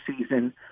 season